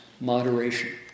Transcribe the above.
moderation